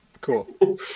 Cool